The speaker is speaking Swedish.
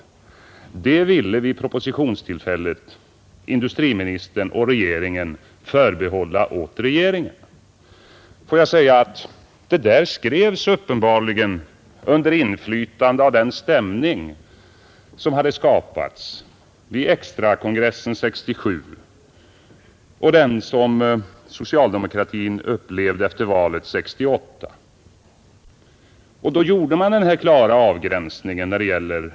Det ville vid propositionstill Nr 53 fället industriministern och regeringen förbehålla regeringen. Det där Tisdagen den skrevs uppenbarligen under inflytande av den stämning som hade skapats 30 mars 1971 vid extrakongressen 1967 och den som socialdemokratin upplevde efter. valet 1968. Då gjorde man den här klara avgränsningen när det gäller Ang.